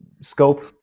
scope